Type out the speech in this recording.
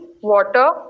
water